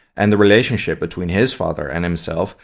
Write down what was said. and the relationship between his father and himself,